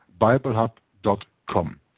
BibleHub.com